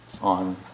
on